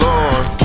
Lord